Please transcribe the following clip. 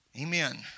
Amen